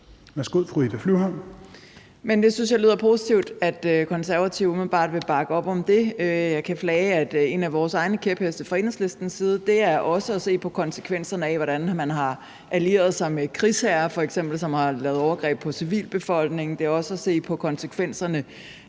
det lyder positivt, at Konservative umiddelbart vil bakke op om det. Jeg kan flage, at en af vores egne kæpheste i Enhedslisten også er at se på konsekvenserne af, hvordan man f.eks. har allieret sig med krigsherrer, som har lavet overgreb på civilbefolkningen, og det er f.eks. også at se på konsekvenserne